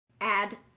Add